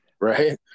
right